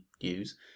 use